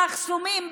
במחסומים,